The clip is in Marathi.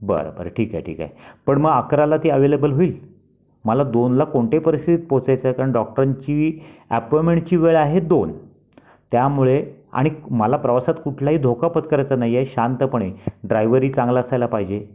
बरं बरं ठीक आहे ठीक आहे पण मग अकराला ती अवेलेबल होईल मला दोनला कोणत्याही परिस्थितीत पोहचायचं आहे कारण डॉक्टरांची अपॉईमेंटची वेळ आहे दोन त्यामुळे आणिक मला प्रवासात कुठलाही धोका पत्करायचा नाही आहे शांतपणे ड्राइव्हरही चांगला असायला पाहिजे